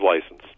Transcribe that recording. license